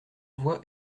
voix